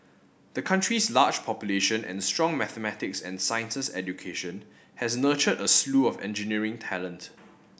the country's large population and strong mathematics and sciences education has nurtured a slew of engineering talent